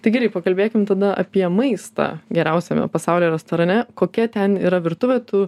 tai gerai pakalbėkim tada apie maistą geriausiame pasaulio restorane kokia ten yra virtuvė tu